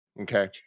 okay